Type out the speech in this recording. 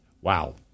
Wow